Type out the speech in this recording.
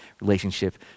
relationship